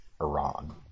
Iran